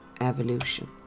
evolution